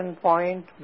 point